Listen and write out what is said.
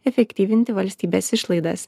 efektyvinti valstybės išlaidas